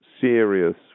serious